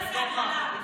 בתור מה?